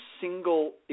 single